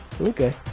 okay